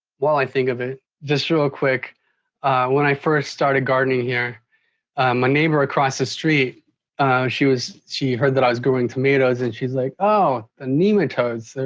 while i think of it just real ah quick when i first started gardening here my neighbor across the street she was she heard that i was growing tomatoes and she's like, oh the nematodes,